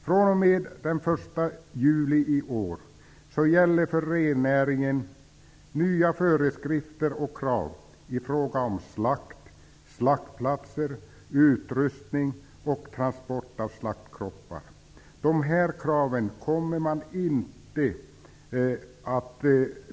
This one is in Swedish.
För rennäringen gäller fr.o.m. den 1 juli i år nya föreskrifter och krav i fråga om slakt, slaktplatser, utrustning och transport av slaktade kroppar.